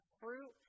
fruit